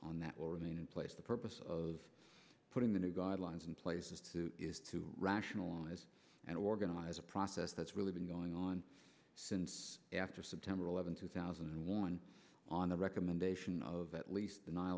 on that will remain in place the purpose of putting the new guidelines in place is to is to rationalize and organize a process that's really been going on since after september eleventh two thousand and one on the recommendation of at least the nine